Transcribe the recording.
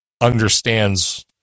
understands